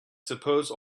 suppose